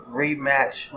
rematch